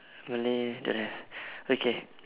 Malay don't have okay